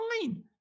fine